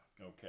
Okay